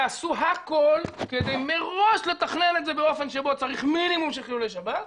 תעשו הכול כדי מראש לתכנן את זה באופן שבו צריך מינימום של חילולי שבת.